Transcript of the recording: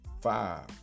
five